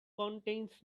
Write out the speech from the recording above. contains